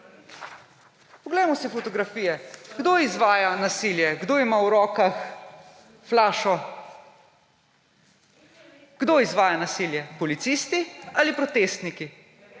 Poglejmo si fotografije. Kdo izvaja nasilje, kdo ima v rokah flašo? Kdo izvaja nasilje, policisti ali protestniki?